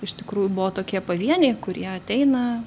iš tikrųjų buvo tokie pavieniai kurie ateina